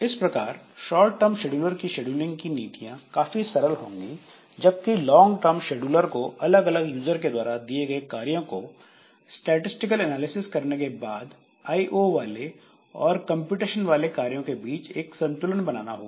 इस प्रकार short term scheduler की शेड्यूलिंग की नीतियां काफी सरल होंगी जबकि लोंग टर्म शेड्यूलर को अलग अलग यूजर के द्वारा दिए गए कार्यों का स्टैटिसटिकल एनालिसिस करने के बाद आईओ वाले और कंप्यूटेशन वाले कार्यों के बीच एक संतुलन बनाना होगा